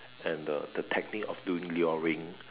and the the technique of doing luring